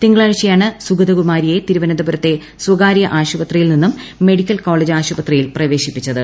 തിങ്കളാഴ്ചയാണ് സുഗതകുമാരിയൌതിരുവനന്തപുരത്തെ സ്വകാര്യ ആശുപത്രിയിൽ നിന്നും മെയ്യിക്കൽ കോളേജ് ആശുപത്രിയിൽ പ്രവേശിപ്പിച്ചത്